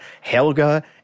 Helga